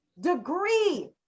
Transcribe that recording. degree